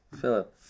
Philip